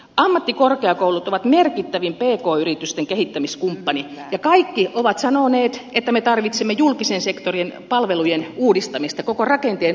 ammattikorkeakoulut ovat merkittävin pk yritysten kehittämiskumppani ja kaikki ovat sanoneet että me tarvitsemme julkisen sektorin palvelujen uudistamista koko rakenteen uudistamista